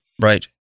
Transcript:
Right